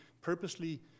purposely